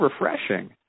refreshing